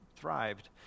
thrived